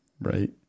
right